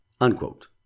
Unquote